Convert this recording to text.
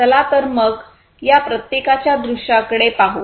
चला तर मग या प्रत्येकाच्या दृश्याकडे पाहू